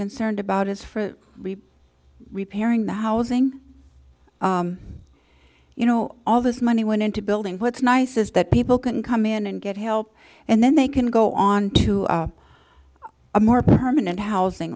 concerned about is for repairing the housing you know all this money went into building what's nice is that people can come in and get help and then they can go on to a more permanent housing